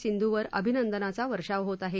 सिंधूवर अभिनंदनाचा वर्षाव होत आहे